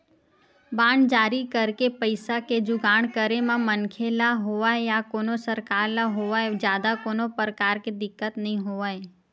bond जारी करके पइसा के जुगाड़ करे म मनखे ल होवय या कोनो सरकार ल होवय जादा कोनो परकार के दिक्कत नइ होवय